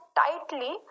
tightly